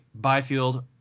Byfield